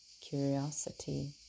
curiosity